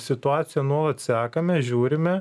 situaciją nuolat sekame žiūrime